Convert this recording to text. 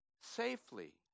safely